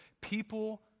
people